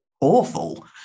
awful